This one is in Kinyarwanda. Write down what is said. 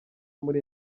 muri